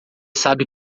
sabe